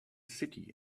city